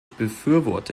befürworte